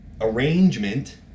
arrangement